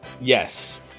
Yes